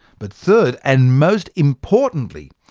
but third, and most importantly,